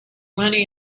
money